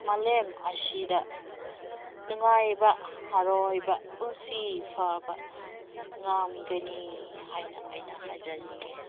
ꯃꯥꯂꯦꯝ ꯑꯁꯤꯗ ꯅꯨꯡꯉꯥꯏꯕ ꯍꯔꯥꯎꯕ ꯄꯨꯟꯁꯤ ꯐꯕ ꯉꯝꯒꯅꯤ ꯍꯥꯏꯅ ꯑꯩꯅ ꯍꯥꯏꯖꯅꯤꯡꯉꯦ